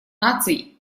наций